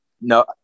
no